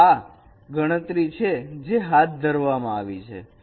તો આ ગણતરી છે હાથ ધરવામાં આવી છે